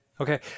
okay